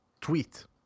tweet